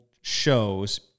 shows